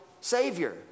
Savior